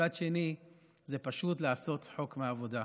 מצד שני זה פשוט לעשות צחוק מהעבודה.